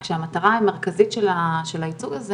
כשהמטרה המרכזית של הייצוג הזה